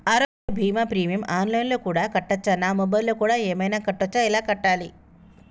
ఆరోగ్య బీమా premium online లో కూడా కట్టచ్చా? నా మొబైల్లో కూడా ఏమైనా కట్టొచ్చా? ఎలా కట్టాలి?